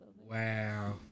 Wow